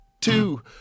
two